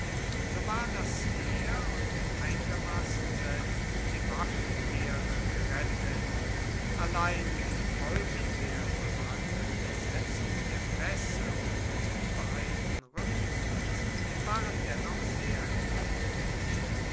so war das heer und einigermaßen selbst die waffenehre gerettet allein die folgen der versäumten besetzung der pässe und des übereilten rückzugs waren dennoch sehr empfindlich